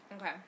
Okay